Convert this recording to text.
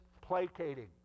placating